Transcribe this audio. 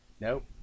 Nope